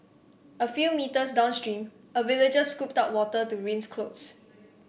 a few metres downstream a villager scooped up water to rinse clothes